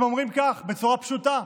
הם אומרים כך, בצורה פשוטה: